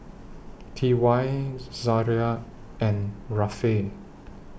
T Y Zariah and Rafe